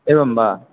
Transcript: एवं वा